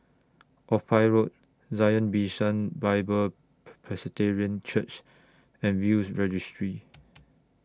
Ophir Road Zion Bishan Bible Church and Will's Registry